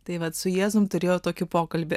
tai vat su jėzumi turėjo tokį pokalbį